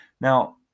Now